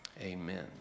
Amen